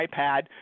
iPad